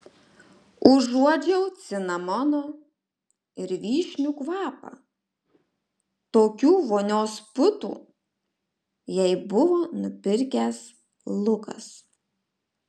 užuodžiau cinamono ir vyšnių kvapą tokių vonios putų jai buvo nupirkęs lukas